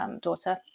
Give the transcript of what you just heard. daughter